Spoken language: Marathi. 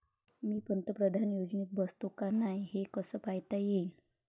मी पंतप्रधान योजनेत बसतो का नाय, हे कस पायता येईन?